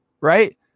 Right